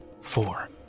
four